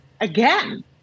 again